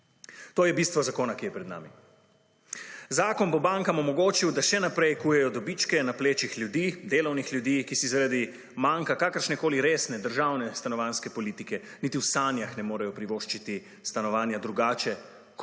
To je bistvo zakona, ki je pred nami. Zakon bo bankam omogočil, da še naprej kujejo dobičke na plečih delovnih ljudi, ki si zaradi manka kakršnekoli resne državne stanovanjske politike niti v sanjah ne morejo privoščiti stanovanja drugače